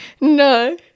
No